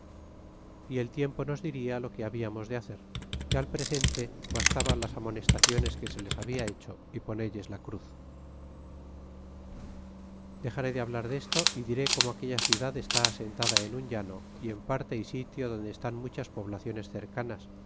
y el tiempo nos diria lo que habiamos de hacer que al presente bastaba las amonestaciones que se les habia hecho y ponelles la cruz dexaré de hablar desto y diré como aquella ciudad está asentada en un llano y en parte é sitio donde están muchas poblaciones cercanas